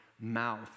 mouth